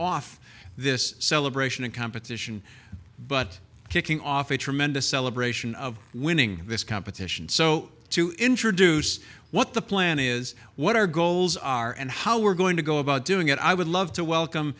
off this celebration of competition but kicking off a tremendous celebration of winning this competition so to introduce what the plan is what our goals are and how we're going to go about doing it i would love to welcome